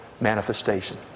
manifestation